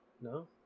No